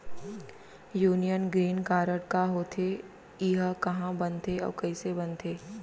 Union green card का होथे, एहा कहाँ बनथे अऊ कइसे बनथे?